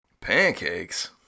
Pancakes